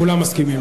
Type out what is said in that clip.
כולם מסכימים.